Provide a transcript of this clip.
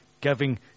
giving